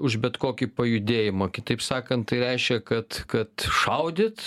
už bet kokį pajudėjimą kitaip sakant tai reiškia kad kad šaudyt